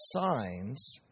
signs